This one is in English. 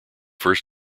first